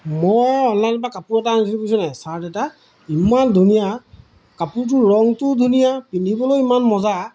মই অনলাইনৰ পা কাপোৰ এটা আনিছিলোঁ বুজিছ নাই শ্বাৰ্ট এটা ইমান ধুনীয়া কাপোৰটোৰ ৰংটোও ধুনীয়া পিন্ধিবলৈও ইমান মজা